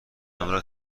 همراه